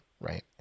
right